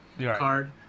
card